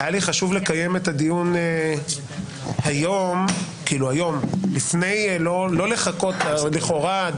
היה לי חשוב לקיים את הדיון היום ולא לחכות לכאורה,